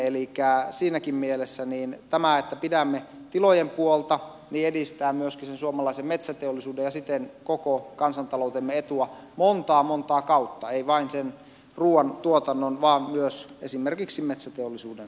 elikkä siinäkin mielessä tämä että pidämme tilojen puolta edistää myöskin suomalaisen metsäteollisuuden ja siten koko kansantaloutemme etua montaa montaa kautta ei vain sen ruoan tuotannon vaan myös esimerkiksi metsäteollisuuden kautta